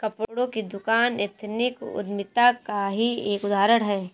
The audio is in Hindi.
कपड़ों की दुकान एथनिक उद्यमिता का ही एक उदाहरण है